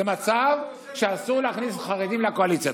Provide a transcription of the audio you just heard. זה מצב שאסור להכניס חרדים לקואליציה.